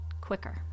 quicker